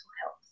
health